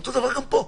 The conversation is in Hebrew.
אותו דבר גם פה.